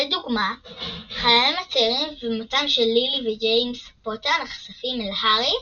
לדוגמה חייהם הצעירים ומותם של ג׳יימס ולילי פוטר נחשפים אל הארי